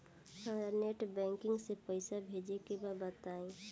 हमरा net banking से पईसा भेजे के बा बताई?